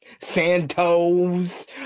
Santos